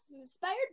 inspired